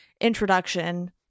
introduction